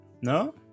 No